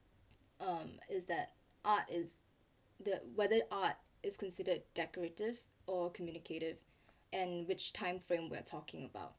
um is that art is the weather art is considered decorative or communicative and which time frame we're talking about